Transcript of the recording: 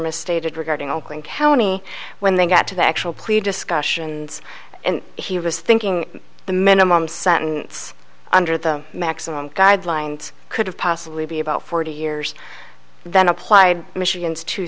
misstated regarding oakland county when they got to the actual play discussions and he was thinking the minimum sentence under the maximum guidelines could have possibly be about forty years then applied michigan's two